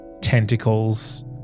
tentacles